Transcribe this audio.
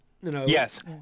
yes